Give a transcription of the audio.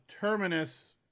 Terminus